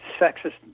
sexist